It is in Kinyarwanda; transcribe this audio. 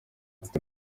ati